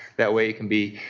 that way it can be